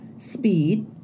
speed